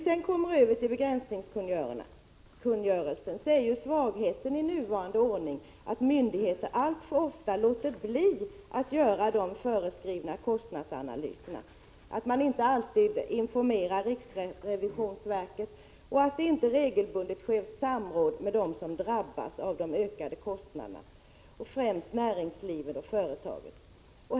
Beträffande begränsningskungörelsen är ju svagheten i nuvarande ordning att myndigheter alltför ofta låter bli att göra de föreskrivna kostnadsanalyserna, att man inte alltid informerar riksrevisionsverket och att det inte regelbundet sker samråd med dem som drabbas av de ökade kostnaderna, främst näringslivet och företagen.